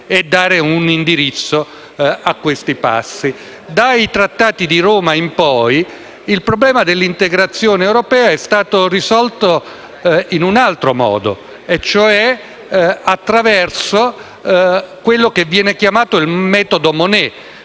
e dare un indirizzo a questi passi. Dai Trattati di Roma in poi il problema dell'integrazione europea è stato risolto in un altro modo, cioè attraverso quello che viene chiamato il metodo Monnet: